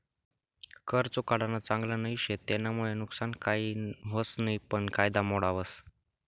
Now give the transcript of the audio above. कर चुकाडानं चांगल नई शे, तेनामुये नुकसान काही व्हस नयी पन कायदा मोडावस